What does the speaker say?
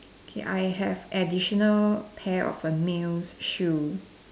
K I have additional pair of a males shoe